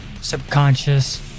subconscious